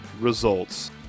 results